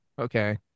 Okay